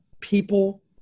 people